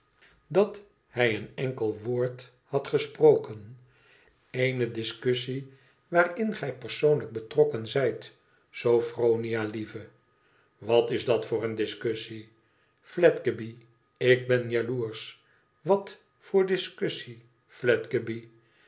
dat hij een enkel woord had gesproken eene discussie waarin gij persoonlijk betrokken zijt sophronia lieve wat is dat voor een discussie fiedgeby ik ben jaloersch wat voor discussie